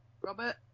Robert